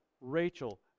Rachel